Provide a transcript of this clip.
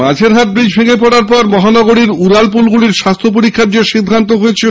Majerhat bridge ভেঙে পড়ার পর মহানগরীর উড়ালপুলগুলির স্বাস্থ্য পরীক্ষার যে সিদ্ধান্ত নেওয়া হয়েছিল